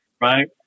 right